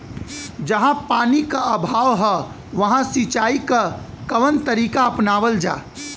जहाँ पानी क अभाव ह वहां सिंचाई क कवन तरीका अपनावल जा?